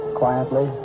quietly